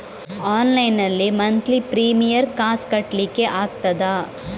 Online ನಲ್ಲಿ monthly premier ಕಾಸ್ ಕಟ್ಲಿಕ್ಕೆ ಆಗ್ತದಾ?